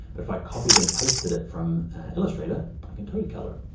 but if i copied and pasted it from illustrator, i can totally color.